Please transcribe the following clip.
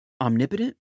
omnipotent